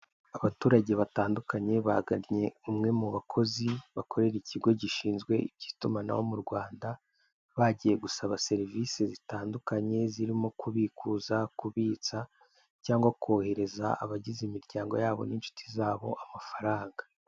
Abaturage batandukanye bagannye umwe mu bakozi bakorera ikigo gishinzwe iby'itumanaho mu Rwanda, bagiye gusaba serivisi zitandukanye zirimo kubikuza, kubitsa cyangwa kohereza abagize imiryango yabo n'inshuti zabo amafaranga.